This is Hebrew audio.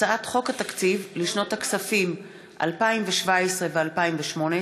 הצעת חוק התקציב לשנות הכספים 2017 ו-2018,